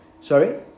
Sorry